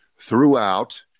Throughout